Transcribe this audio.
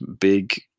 big